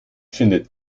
findet